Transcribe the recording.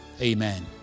Amen